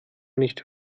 nicht